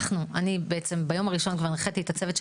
אני ביום הראשון כבר הנחיתי את הצוות של